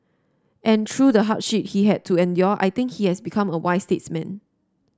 and through the hardship he had to endure I think he has become a wise statesman